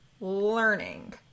Learning